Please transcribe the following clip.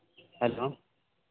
hello